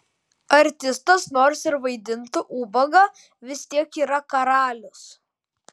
artistas nors ir vaidintų ubagą vis tiek yra karalius